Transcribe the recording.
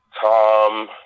Tom